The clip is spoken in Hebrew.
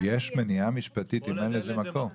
יש מניעה משפטית אם אין לזה מקור?